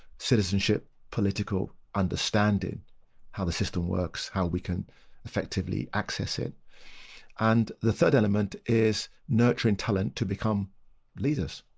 citizenship, political understanding how the system works how we can effectively access it and the third element is nurturing talent to become leaders.